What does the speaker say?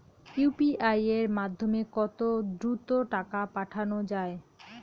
UPI এর মাধ্যমে কত দ্রুত টাকা পাঠানো যায়?